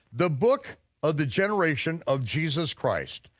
the book of the generation of jesus christ,